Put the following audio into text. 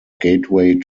gateway